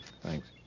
Thanks